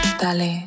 Dale